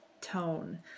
tone